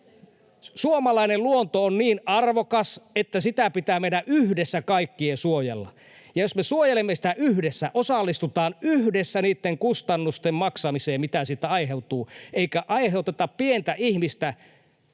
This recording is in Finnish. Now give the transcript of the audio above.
Suomalainen luonto on niin arvokas, että sitä pitää meidän kaikkien yhdessä suojella. Ja jos me suojelemme sitä yhdessä, osallistutaan yhdessä niitten kustannusten maksamiseen, mitä siitä aiheutuu, eikä aiheuteta pienelle ihmiselle,